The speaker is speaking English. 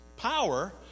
power